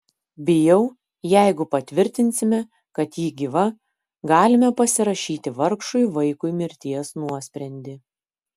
bijau jeigu patvirtinsime kad ji gyva galime pasirašyti vargšui vaikui mirties nuosprendį